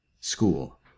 school